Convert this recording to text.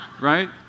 Right